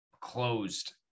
closed